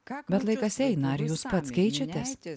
ką bet laikas eina ir jūs pats keičiatės tik